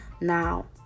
now